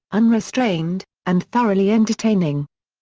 unrestrained, and thoroughly entertaining.